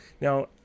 Now